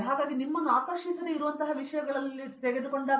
ಹಾಗಾಗಿ ನಿಮ್ಮನ್ನು ಆಕರ್ಷಿಸದೆ ಇರುವಂತಹವುಗಳು ಉಳಿಯುತ್ತವೆ